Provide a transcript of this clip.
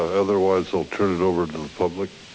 otherwise i'll turn it over to the public.